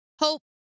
hope